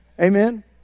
Amen